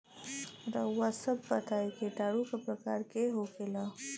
रउआ सभ बताई किटाणु क प्रकार के होखेला?